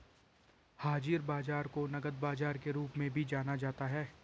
हाज़िर बाजार को नकद बाजार के रूप में भी जाना जाता है